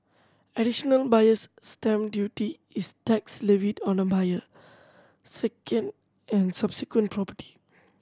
Additional Buyer's Stamp Duty is tax levied on a buyer second and subsequent property